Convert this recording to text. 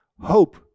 hope